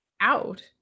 out